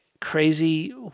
crazy